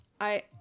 I-